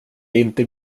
inte